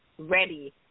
ready